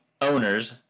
owners